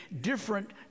different